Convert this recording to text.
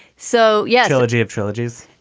so. yeah allergy of trilogies.